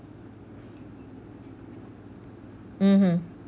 mmhmm